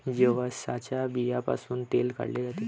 जवसाच्या बियांपासूनही तेल काढले जाते